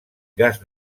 gas